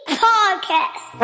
podcast